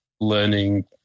learning